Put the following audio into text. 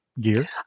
gear